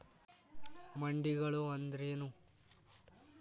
ಮಂಡಿಗಳು ಅಂದ್ರೇನು?